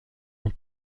ont